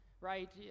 right